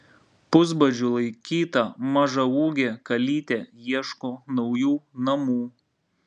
pusbadžiu laikyta mažaūgė kalytė ieško naujų namų